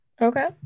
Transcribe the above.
Okay